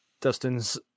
Dustin's